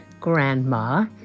Grandma